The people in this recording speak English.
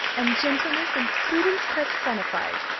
and gentleness, and prudence personified.